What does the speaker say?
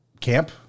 camp